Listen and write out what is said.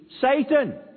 Satan